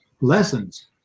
lessons